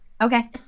Okay